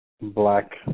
black